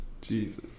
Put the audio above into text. Jesus